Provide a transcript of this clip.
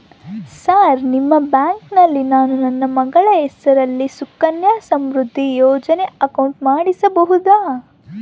Sir ನಿಮ್ಮ ಬ್ಯಾಂಕಿನಲ್ಲಿ ನಾನು ನನ್ನ ಮಗಳ ಹೆಸರಲ್ಲಿ ಸುಕನ್ಯಾ ಸಮೃದ್ಧಿ ಯೋಜನೆ ಅಕೌಂಟ್ ಮಾಡಿಸಬಹುದಾ?